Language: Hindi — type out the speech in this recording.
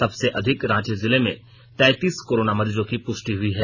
सबसे अधिक रांची जिले में तैंतीस कोरोना मरीजों की पुष्टि हुई है